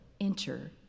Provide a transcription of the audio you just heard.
enter